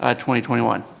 ah twenty twenty one.